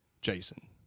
Jason